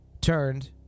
turned